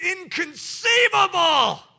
Inconceivable